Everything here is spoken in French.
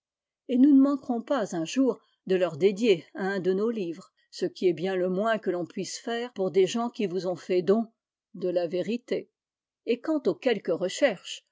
et nous ne manquerons pas un jour de leur dédier un de nos livres ce qui est bien le moins que l'on puisse faire pour des gens qui vous ont fait don de la vérité et quant aux quelques recherches